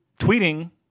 tweeting